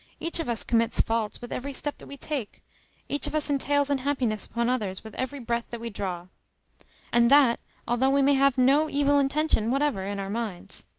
each of us commits faults with every step that we take each of us entails unhappiness upon others with every breath that we draw and that although we may have no evil intention whatever in our minds.